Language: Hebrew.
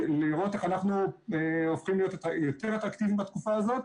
לראות איך אנחנו הופכים להיות יותר אטרקטיביים בתקופה הזאת.